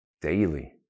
daily